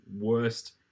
worst